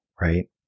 right